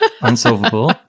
Unsolvable